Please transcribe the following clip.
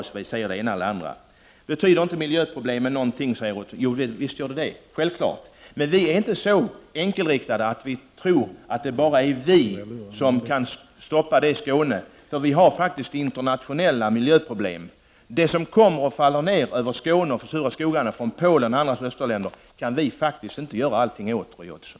22 november 1989 Betyder inte miljöproblemen någonting för er? frågade Roy Ottosson.Jo, självfallet gör de det. Men vi är inte så enkelriktade att vi tror att det bara är vi som kan stoppa dem i Skåne. Vi har internationella miljöproblem. Det som faller ner över Skåne från Polen och andra östländer och försurar skogarna kan vi faktiskt inte göra allting åt, Roy Ottosson.